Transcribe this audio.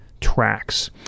tracks